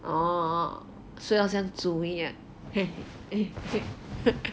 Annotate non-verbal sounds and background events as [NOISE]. orh 睡到像猪一样 [LAUGHS]